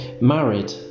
married